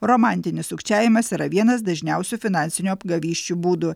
romantinis sukčiavimas yra vienas dažniausių finansinių apgavysčių būdų